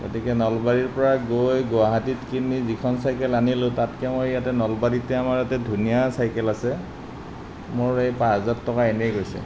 গতিকে নলবাৰীৰ পৰা গৈ গুৱাহাটীত কিনি যিখন চাইকেল আনিলোঁ তাতকে মই ইয়াতে নলবাৰীতে আমাৰ ইয়াতে ধুনীয়া চাইকেল আছে মোৰ এই পাঁচহাজাৰ টকা এনেই গৈছে